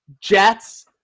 Jets